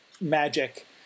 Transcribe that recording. magic